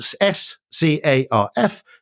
S-C-A-R-F